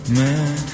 man